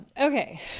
okay